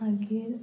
मागीर